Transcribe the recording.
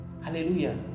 hallelujah